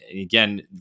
again